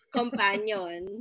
companion